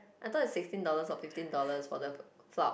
I thought is fifteen dollars or sixteen dollars for the